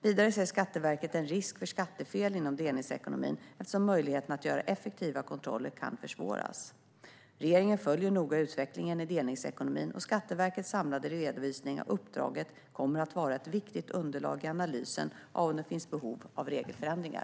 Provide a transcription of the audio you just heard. Vidare ser Skatteverket en risk för skattefel inom delningsekonomin eftersom möjligheterna att göra effektiva kontroller kan försvåras. Regeringen följer noga utvecklingen i delningsekonomin, och Skatteverkets samlade redovisning av uppdraget kommer att vara ett viktigt underlag i analysen av om det finns behov av regelförändringar.